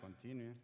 continue